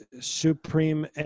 supreme